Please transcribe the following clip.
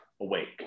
awake